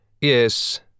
yes